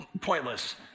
pointless